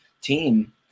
team